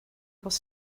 was